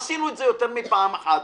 עשינו את זה יותר מפעם אחת.